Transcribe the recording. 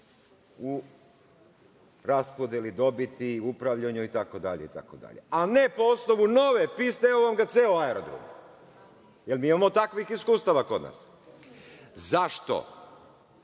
u raspodeli dobiti, upravljanju itd, a ne po osnovu nove piste – evo vam ga ceo aerodrom, jer mi imamo takvih iskustava kod nas.Zašto?